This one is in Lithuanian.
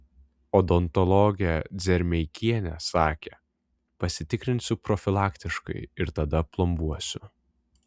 odontologė dzermeikienė sakė pasitikrinsiu profilaktiškai ir tada plombuosiu